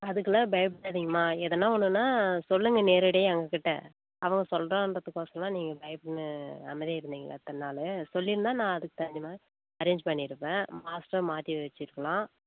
அதுக்கெலாம் பயப்படாதீங்மா ஏதானால் ஒன்றுனா சொல்லுங்க நேரடியாக எங்கள் கிட்டே அவங்க சொல்றாகிறதுக்கொசரம் நீங்கள் பயப்பட அமைதியாக இருந்தீங்களா இத்தனை நாள் சொல்லியிருந்தா நான் அதுக்கு தகுந்த மாதிரி அரேஞ் பண்ணியிருப்பேன் மாஸ்டர் மாற்றி வச்சுருக்கலாம்